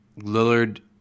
Lillard